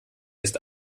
ist